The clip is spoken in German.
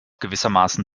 gewissermaßen